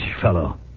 fellow